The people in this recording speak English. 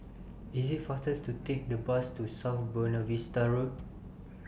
IT IS faster to Take The Bus to South Buona Vista Road